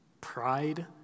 Pride